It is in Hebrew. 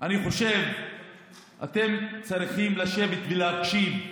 אני חושב שאתם צריכים לשבת ולהקשיב,